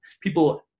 people